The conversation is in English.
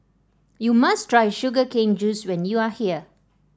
you must try Sugar Cane Juice when you are here